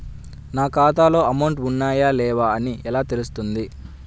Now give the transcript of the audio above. నా ఖాతాలో అమౌంట్ ఉన్నాయా లేవా అని ఎలా తెలుస్తుంది?